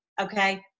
Okay